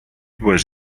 was